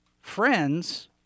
friends